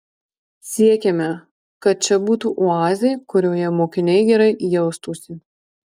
siekiame kad čia būtų oazė kurioje mokiniai gerai jaustųsi